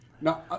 Now